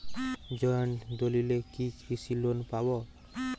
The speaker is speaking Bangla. জয়েন্ট দলিলে কি কৃষি লোন পাব?